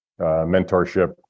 mentorship